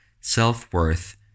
self-worth